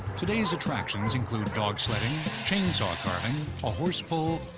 today's attractions include dogsledding, chainsaw carving, a horse pull,